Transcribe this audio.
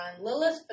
Lilith